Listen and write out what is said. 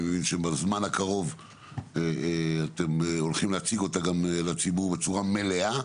אני מבין שבזמן הקרוב אתם הולכים להציג אותה גם לציבור בצורה מלאה.